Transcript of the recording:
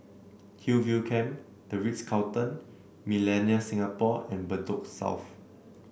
Hillview Camp The Ritz Carlton Millenia Singapore and Bedok South